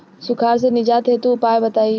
सुखार से निजात हेतु उपाय बताई?